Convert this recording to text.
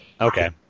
Okay